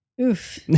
Oof